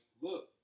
look